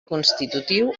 constitutiu